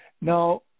Now